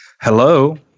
Hello